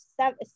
seven